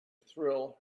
thrill